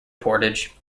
portage